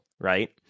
Right